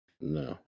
No